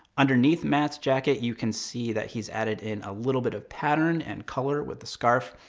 underneath matt's jacket, you can see that he's added in a little bit of pattern and color with the scarf.